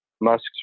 Musk's